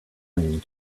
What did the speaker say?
lying